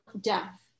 death